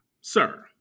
Sir